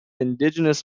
indigenous